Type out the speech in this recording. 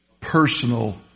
personal